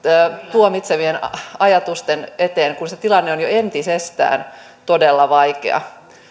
tuomitsevien ajatusten eteen kun se tilanne on jo entisestään todella vaikea